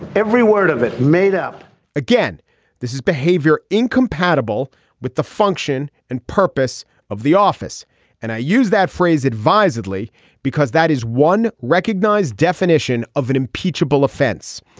every word of it made up again this is behavior incompatible with the function and purpose of the office and i use that phrase advisedly because that is one recognized definition of an impeachable offense.